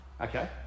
Okay